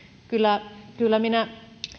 kyllä kyllä minä